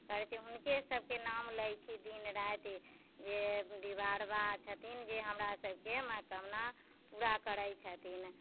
करैत छी हुनके सबके नाम लय छी दिन राति जे डीहबार बाबा छथिन जे हमरा सबके मनोकामना पूरा करैत छथिन